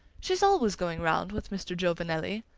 she's always going round with mr. giovanelli.